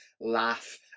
laugh